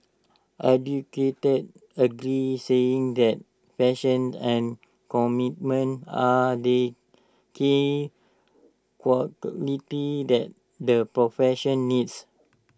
educators agreed saying that passion and commitment are the key qualities that the profession needs